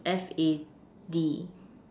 F_A_D